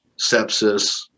sepsis